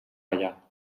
allà